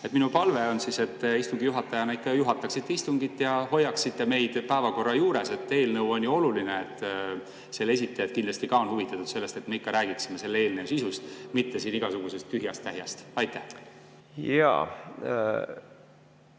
Minu palve on, et te istungi juhatajana ikka juhataks istungit ja hoiaksite meid päevakorra juures. Eelnõu on ju oluline, selle esitajad on kindlasti ka huvitatud sellest, et me räägiksime selle eelnõu sisust, mitte igasugusest tühjast-tähjast. Aitäh,